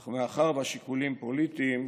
אך מאחר שהשיקולים פוליטיים,